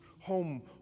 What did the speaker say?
home